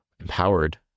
empowered